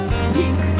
speak